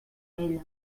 ella